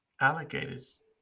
alligators